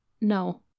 No